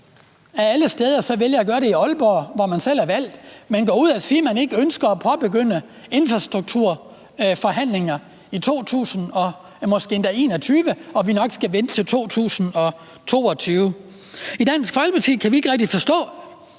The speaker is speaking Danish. af alle steder vælger at gøre det i Aalborg, hvor hun selv er valgt, altså gå ud og sige, at man ikke ønsker at påbegynde infrastrukturforhandlingerne i 2020 og måske ikke engang i 2021, og at vi nu skal vente til 2022. I Dansk Folkeparti kan vi ikke rigtig forstå,